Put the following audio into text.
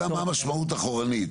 השאלה מה המשמעות אחורנית?